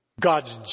God's